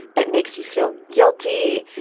it makes you feel guilty.